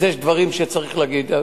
אז יש דברים שצריך להגיד.